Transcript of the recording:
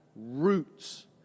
roots